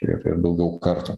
ir ir daugiau kartų